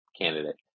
candidate